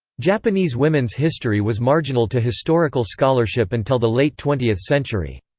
japanese women's history was marginal to historical scholarship until the late twentieth century.